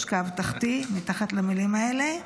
יש קו תחתי מתחת למילים האלה,